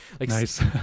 nice